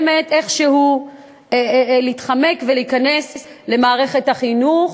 איכשהו להתחמק במסננת הקיימת ולהיכנס למערכת החינוך.